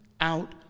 out